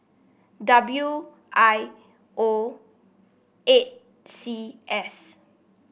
W I O eight C S